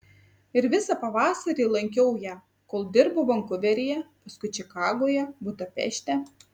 ir visą pavasarį lankiau ją kol dirbo vankuveryje paskui čikagoje budapešte